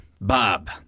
Bob